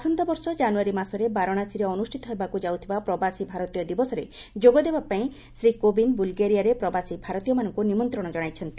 ଆସନ୍ତାବର୍ଷ ଜାନୁଆରୀ ମାସରେ ବାରାଣାସୀରେ ଅନ୍ଦ୍ରଷ୍ଠିତ ହେବାକ୍ର ଯାଉଥିବା ପ୍ରବାସୀ ଭାରତୀୟ ଦିବସରେ ଯୋଗ ଦେବା ପାଇଁ ଶ୍ରୀ କୋବିନ୍ଦ ବୁଲଗେରିଆରେ ପ୍ରବାସୀ ଭାରତୀୟମାନଙ୍କୁ ନିମନ୍ତ୍ରଣ ଜଣାଇଛନ୍ତି